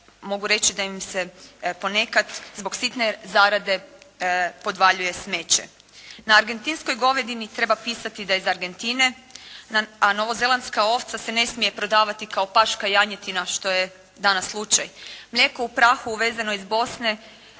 mogu reći da im se ponekad zbog sitne zarade podvaljuje smeće. Na argentinskoj govedini treba pisati da je iz Argentine, a Novo Zelandska ovca se ne smije prodavati kao paška janjetina kao što je danas slučaj. Mlijeko u prahu uvezeno iz Bosne